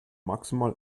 maximal